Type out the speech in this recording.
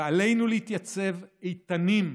ועלינו להתייצב איתנים וחזקים,